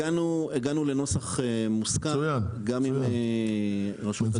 הגענו לנוסח מוסכם גם עם רשות הגז.